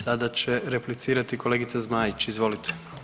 Sada će replicirati kolegica Zmajić, izvolite.